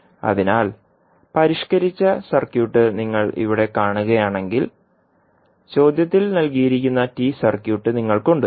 അതിനാൽ പരിഷ്കരിച്ച സർക്യൂട്ട് നിങ്ങൾ ഇവിടെ കാണുകയാണെങ്കിൽ ചോദ്യത്തിൽ നൽകിയിരിക്കുന്ന T സർക്യൂട്ട് നിങ്ങൾക്കുണ്ട്